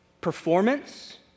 performance